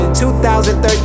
2013